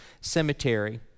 cemetery